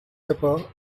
pepper